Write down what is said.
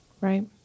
Right